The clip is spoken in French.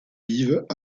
vives